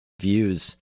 views